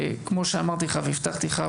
כמו שאמרתי והבטחתי לך,